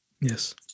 Yes